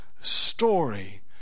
story